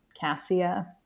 Cassia